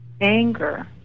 anger